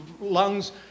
lungs